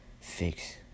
fix